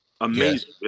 amazing